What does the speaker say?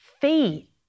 fee